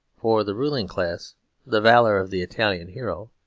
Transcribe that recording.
for the ruling class the valour of the italian hero,